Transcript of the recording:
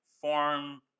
form